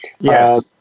Yes